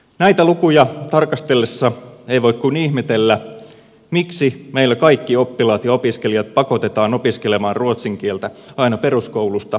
näitä lukuja tarkastellessa ei voi kuin ihmetellä miksi meillä kaikki oppilaat ja opiskelijat pakotetaan opiskelemaan ruotsin kieltä aina peruskoulusta korkeakouluihin saakka